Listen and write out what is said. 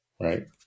right